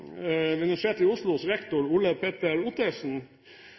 i Oslos rektor, Ole Petter